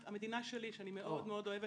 המדינה שלי, שאני מאוד אוהבת